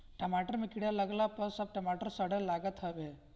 टमाटर में कीड़ा लागला पअ सब टमाटर सड़े लागत हवे